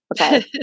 okay